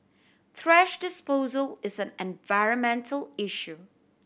thrash disposal is an environmental issue